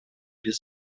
без